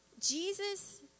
Jesus